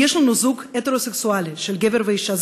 אם יש לנו זוג הטרוסקסואלי של גבר ואישה,